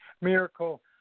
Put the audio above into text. Miracle